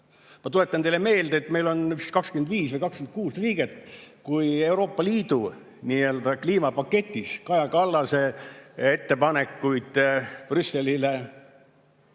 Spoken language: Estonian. tuletan teile meelde, et meil on 25 või 26 liiget, kui Euroopa Liidu nii‑öelda kliimapaketis Kaja Kallase ettepanekud Brüsselile,